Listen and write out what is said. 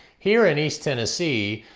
here in east tennessee,